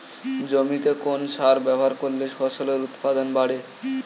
জমিতে কোন সার ব্যবহার করলে ফসলের উৎপাদন বাড়ে?